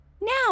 Now